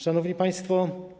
Szanowni Państwo!